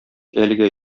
әлегә